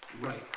right